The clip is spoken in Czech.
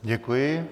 Děkuji.